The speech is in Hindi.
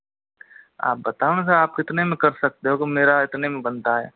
आप बताओ ना सर आप कितने में कर सकते हो क्योंकि मेरा इतने में बनता है